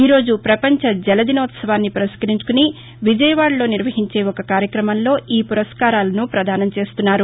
ఈ రోజు పపంచ దినోత్సవాన్ని పురస్కరించుకొని విజయవాడలో నిర్వహించే కార్యక్రమంలో ఈ పురస్కారాలను పదానం చేస్తున్నారు